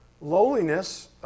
lowliness